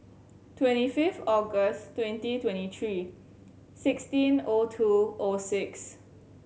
twenty five August twenty twenty three sixteen zero two zero six